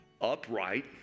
upright